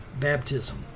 Baptism